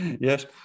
yes